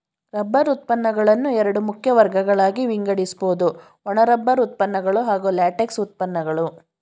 rubber ಉತ್ಪನ್ನಗಳನ್ನು ಎರಡು ಮುಖ್ಯ ವರ್ಗಗಳಾಗಿ ವಿಂಗಡಿಸ್ಬೋದು ಒಣ ರಬ್ಬರ್ ಉತ್ಪನ್ನಗಳು ಹಾಗೂ ಲ್ಯಾಟೆಕ್ಸ್ ಉತ್ಪನ್ನಗಳು